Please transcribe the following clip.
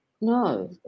no